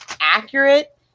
accurate